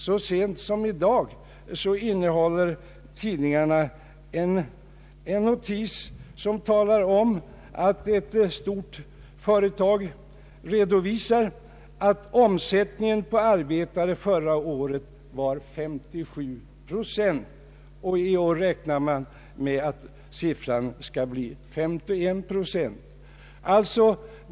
Så sent som i dag innehåller tidningarna en notis som talar om att ett stort företag redovisar att omsättningen på arbetare förra året var 57 procent och att man räknar med att siffran för i år skall bli 31 procent.